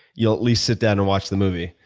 you'll at least sit down and watch the movie.